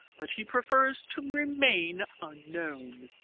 but he prefers to remain unknown.